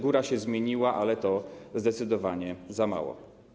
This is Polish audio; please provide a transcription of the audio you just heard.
Góra się zmieniła, ale to zdecydowanie za mało.